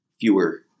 fewer